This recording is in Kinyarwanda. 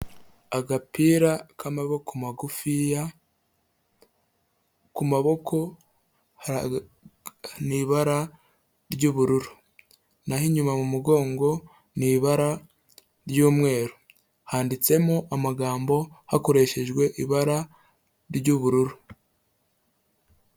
Agapira k'amaboko magufiya, ku maboko ni ibara ry'ubururu, naho inyuma mu mugongo ni ibara ry'umweru, handitsemo amagambo hakoreshejwe ibara ry'ubururu.